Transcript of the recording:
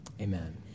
Amen